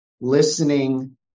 listening